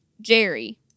Jerry